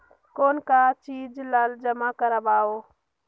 कौन का चीज ला जमा करवाओ?